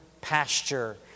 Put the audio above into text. pasture